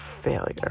failure